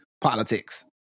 politics